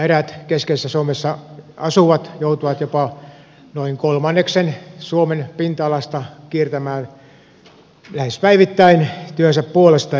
eräät keskisessä suomessa asuvat joutuvat jopa noin kolmanneksen suomen pinta alasta kiertämään lähes päivittäin työnsä puolesta